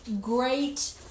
great